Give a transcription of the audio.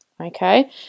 Okay